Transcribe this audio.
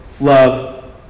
love